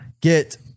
get